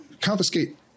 confiscate